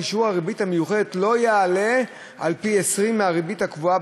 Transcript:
שיעור הריבית המיוחדת לא יעלה על פי-20 מהריבית הקבועה